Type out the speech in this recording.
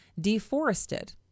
deforested